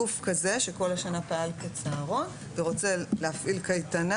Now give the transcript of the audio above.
גוף כזה, שכל השנה פעל כצהרון ורוצה להפעיל קייטנה